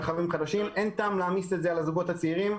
רכבים חדשים ואין טעם להעמיס את זה על הזוגות הצעירים.